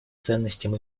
ценностям